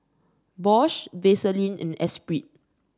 Bosch Vaseline and Espirit